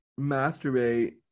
masturbate